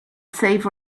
save